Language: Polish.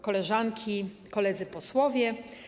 Koleżanki i Koledzy Posłowie!